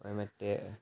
മറ്റേ